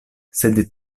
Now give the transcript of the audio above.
sed